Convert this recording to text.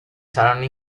saranno